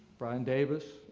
brian davis,